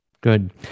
Good